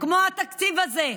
כמו התקציב הזה,